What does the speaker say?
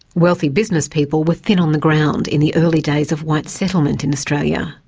wealthy businesspeople were thin on the ground in the early days of white settlement in australia,